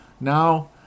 Now